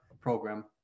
program